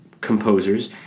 composers